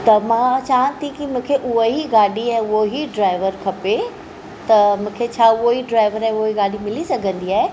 त मां चाहियां थी की मूंखे उहा ई गाॾी ऐं उहो ई ड्राइवर खपे त मूंखे छा उहो ई ड्राइवर ऐं उहो ई गाॾी मिली सघंदी आहे